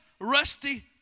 rusty